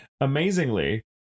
amazingly